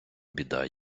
біда